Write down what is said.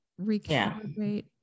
recalibrate